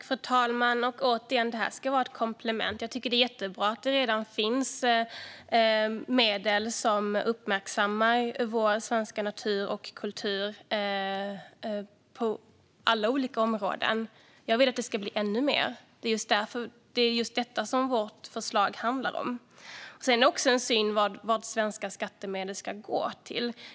Fru talman! Återigen: Det ska vara ett komplement. Jag tycker att det är jättebra att det redan finns medel som uppmärksammar vår svenska natur och kultur på alla olika områden. Jag vill att det ska bli ännu mer, och det är just detta som vårt förslag handlar om. Det gäller synen på vad svenska skattemedel ska gå till.